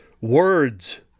Words